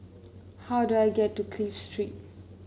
how do I get to Clive Street